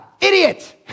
idiot